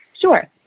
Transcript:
Sure